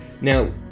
Now